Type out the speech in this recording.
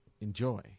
enjoy